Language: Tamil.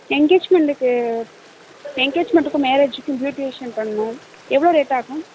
எங்கேஜ்மெண்ட்டுக்கு எங்கேஜ்மெண்ட்டுக்கும் மேரேஜ்க்கும் ப்யூட்டிஷன் பண்ணணும் எவ்வளோ ரேட் ஆகும்